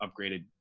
upgraded